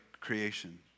creation